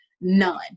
None